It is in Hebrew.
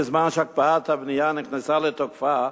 בזמן שהקפאת הבנייה נכנסה לתוקפה,